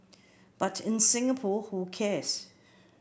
but in Singapore who cares